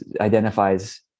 identifies